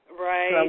Right